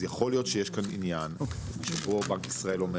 אז יכול להיות שיש כאן עניין שבו בנק ישראל אומר